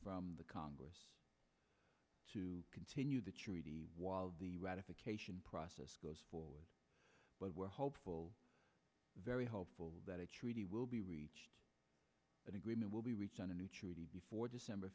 time the congress to continue the treaty while the ratification process goes forward but we're hopeful very hopeful that a treaty will be reached an agreement will be reached on a new treaty before december